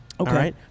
Okay